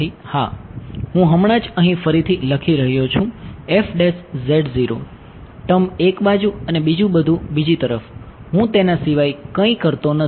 હું હમણાં જ અહીં ફરીથી લખી રહ્યો છું ટર્મ એક બાજુ અને બીજું બધું બીજી તરફ હું તેના સિવાય કંઈ કરતો નથી